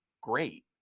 great